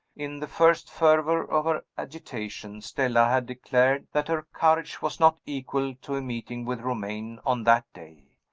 in the first fervor of her agitation, stella had declared that her courage was not equal to a meeting with romayne on that day.